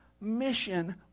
mission